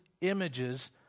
images